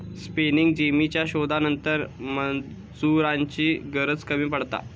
spinning जेनीच्या शोधानंतर मजुरांची गरज कमी पडता